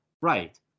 Right